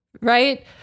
right